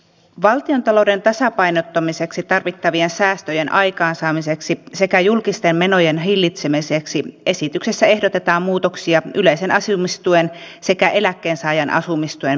valtiontalouden tasapainottamiseksi tarvittavien säästöjen aikaansaamiseksi sekä julkisten menojen hillitsemiseksi esityksessä ehdotetaan muutoksia yleisen asumistuen sekä eläkkeensaajan asumistuen määräytymiseen